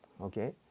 okay